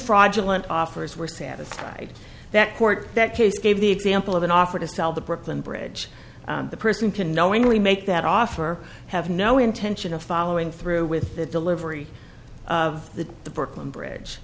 fraudulent offers were satisfied that court that case gave the example of an offer to sell the brooklyn bridge the person can knowingly make that offer have no intention of following through with the delivery of the brooklyn bridge